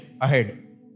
ahead